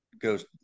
goes